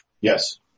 Yes